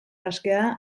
askea